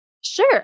Sure